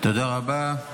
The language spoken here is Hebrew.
תודה רבה.